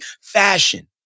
fashion